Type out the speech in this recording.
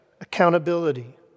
accountability